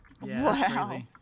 Wow